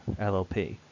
LLP